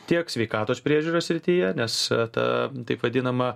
tiek sveikatos priežiūros srityje nes ta taip vadinama